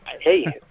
Hey